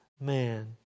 Man